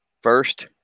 first